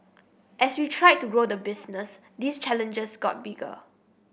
as we tried to grow the business these challenges got bigger